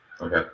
Okay